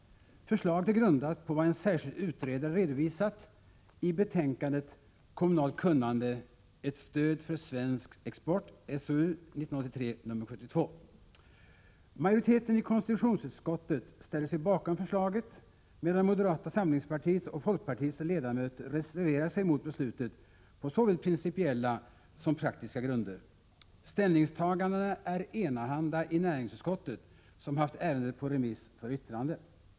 Förslaget är grundat på vad en särskild utredare redovisat i betänkandet Kommunalt kunnande - ett stöd för svensk export, SOU 1983:72. Majoriteten i konstitutionsutskottet ställer sig bakom förslaget, medan moderata samlingspartiets och folkpartiets ledamöter reserverar sig mot beslutet på såväl principiella som praktiska grunder. Ställningstagandena är enahanda i näringsutskottet, som haft ärendet på remiss för yttrande.